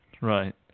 Right